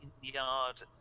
yard